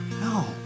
No